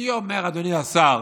מי אומר, אדוני השר,